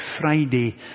Friday